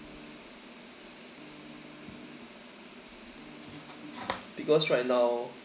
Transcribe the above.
because right now